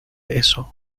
eso